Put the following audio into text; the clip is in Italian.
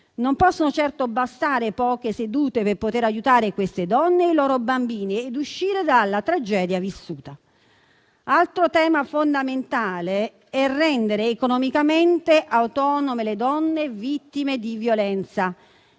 Non possono certo bastare poche sedute per aiutare queste donne e i loro bambini ad uscire dalla tragedia vissuta. Altro tema fondamentale è rendere economicamente autonome le donne vittime di violenza.